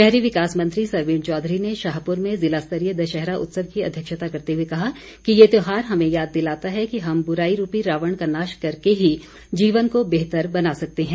शहरी विकास मंत्री सरवीण चौधरी ने शाहपूर में जिला स्तरीय दशहरा उत्सव की अध्यक्षता करते हुए कहा कि ये त्यौहार हमें याद दिलाता है कि हम बुराई रूपी रावण का नाश करके ही जीवन को बेहतर बना सकते हैं